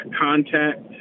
contact